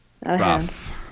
rough